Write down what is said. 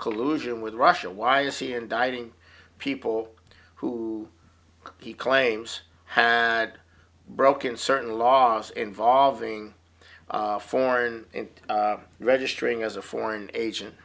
collusion with russia why is he indicting people who he claims had broken certain laws involving foreign registering as a foreign agent